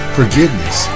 forgiveness